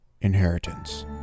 Inheritance